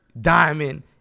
diamond